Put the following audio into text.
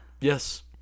Yes